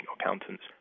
accountants